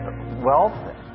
wealth